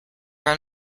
run